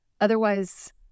Otherwise